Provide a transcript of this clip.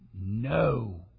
No